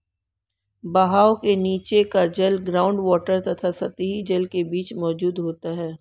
बहाव के नीचे का जल ग्राउंड वॉटर तथा सतही जल के बीच मौजूद होता है